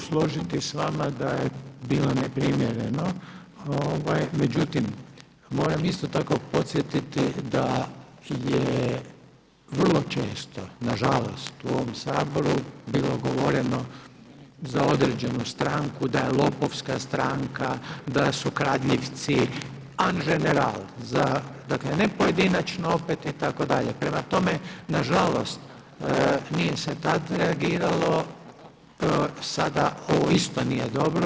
Ja se mogu složiti s vama da je bilo neprimjereno, međutim moram isto tako podsjetiti da je vrlo često, nažalost, u ovom Saboru bilo govoreno za određenu stranku da je lopovska stranka, da su kradljivci, an ženeral za dakle ne pojedinačno opet itd. prema tome nažalost nije se tada reagiralo, sada ovo isto nije dobro.